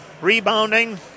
Rebounding